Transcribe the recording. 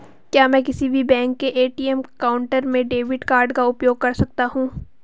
क्या मैं किसी भी बैंक के ए.टी.एम काउंटर में डेबिट कार्ड का उपयोग कर सकता हूं?